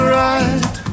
right